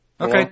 Okay